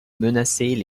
menaçaient